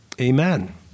Amen